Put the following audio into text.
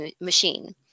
machine